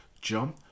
John